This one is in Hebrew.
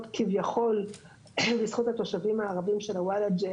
כביכול בזכות התושבים הערביים של הוולאג'ה,